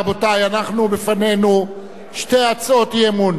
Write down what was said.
רבותי, לפנינו שתי הצעות אי-אמון.